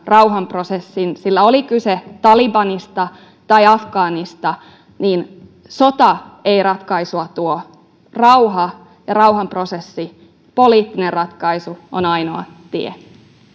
rauhanprosessin sillä oli kyse talibanista tai afgaanista niin sota ei ratkaisua tuo rauha ja rauhanprosessi poliittinen ratkaisu on ainoa tie